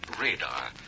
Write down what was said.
radar